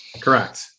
correct